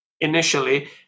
initially